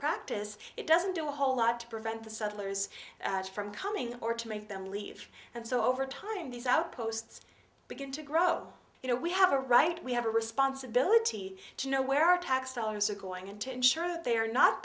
practice it doesn't do a whole lot to prevent the settlers from coming or to make them leave and so over time these outposts begin to grow you know we have a right we have a responsibility to know where our tax dollars are going and to ensure that they are not